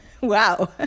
wow